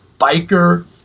biker